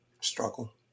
struggle